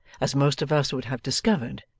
as most of us would have discovered,